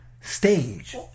stage